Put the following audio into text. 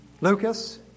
Lucas